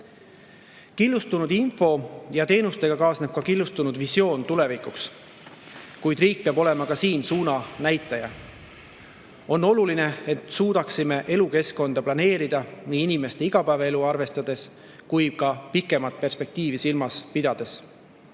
Killustunud info ja teenustega kaasneb ka killustunud tulevikuvisioon. Kuid riik peab olema ka siin suunanäitaja. On oluline, et suudaksime elukeskkonda planeerida nii inimeste igapäevaelu arvestades kui ka pikemat perspektiivi silmas pidades.